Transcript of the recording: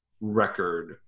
record